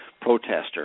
protester